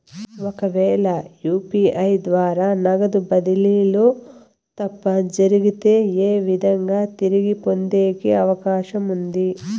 ఒకవేల యు.పి.ఐ ద్వారా నగదు బదిలీలో తప్పు జరిగితే, ఏ విధంగా తిరిగి పొందేకి అవకాశం ఉంది?